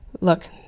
look